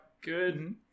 good